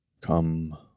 Come